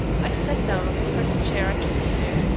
i sat down on the first chair i came to.